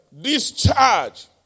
discharge